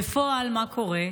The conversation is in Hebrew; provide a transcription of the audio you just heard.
בפועל, מה קורה?